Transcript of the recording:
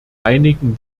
einigen